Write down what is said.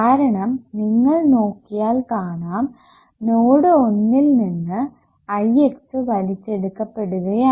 കാരണം നിങ്ങൾ നോക്കിയാൽ കാണാം നോഡ് ഒന്നിൽനിന്ന് Ix വലിച്ചെടുക്കപ്പെടുകയാണ്